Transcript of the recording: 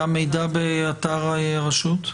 והמידע באתר הרשות?